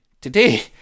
today